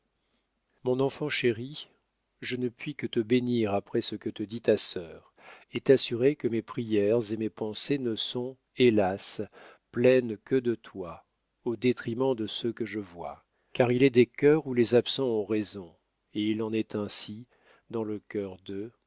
mon enfant chéri je ne puis que te bénir après ce que te dit ta sœur et t'assurer que mes prières et mes pensées ne sont hélas pleines que de toi au détriment de ceux que je vois car il est des cœurs où les absents ont raison et il en est ainsi dans le cœur de